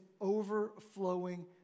overflowing